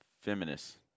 feminist